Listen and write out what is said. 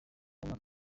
umwaka